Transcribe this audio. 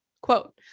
quote